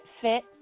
fit